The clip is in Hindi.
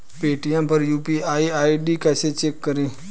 पेटीएम पर यू.पी.आई आई.डी कैसे चेक करें?